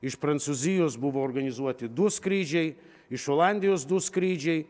iš prancūzijos buvo organizuoti du skrydžiai iš olandijos du skrydžiai